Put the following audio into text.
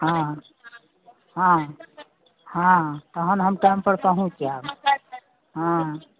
हँ हँ हँ तहन हम टाइमपर पहुँच जायब हँ